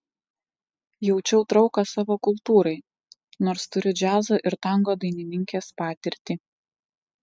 jaučiau trauką savo kultūrai nors turiu džiazo ir tango dainininkės patirtį